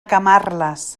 camarles